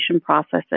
processes